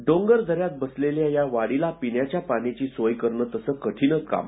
डोंगरदऱ्यात बसलेल्या या वाडीला पिण्याची पाण्याची सोय करणं तसं कठीण काम